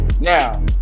Now